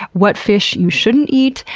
what fish you shouldn't eat,